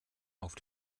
auf